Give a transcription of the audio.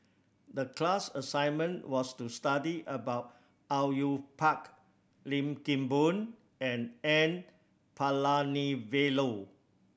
the class assignment was to study about Au Yue Pak Lim Kim Boon and N Palanivelu